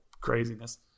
craziness